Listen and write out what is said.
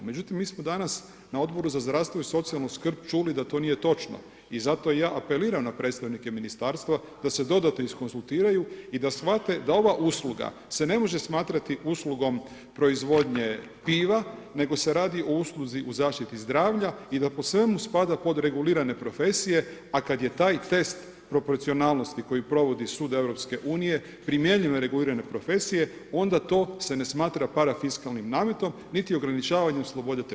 Međutim, mi smo danas na Odbor za zdravstvo i socijalnu skrb čuli da to nije točno i zato ja apeliram na predstavnike ministarstva da se dodatno iskonzultiraju i da shvate da ova usluga se ne može smatrati uslugom proizvodnje piva nego se radi o usluzi o zaštiti zdravlja i da po svemu spada pod regulirane profesije a kada je taj test proporcionalnosti koju provodi Sud Europske unije … onda to se ne smatra parafiskalnim nametom niti ograničavanjem slobode tržišta.